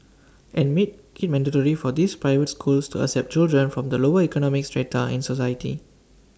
and make IT mandatory for these private schools to accept children from the lower economic strata in society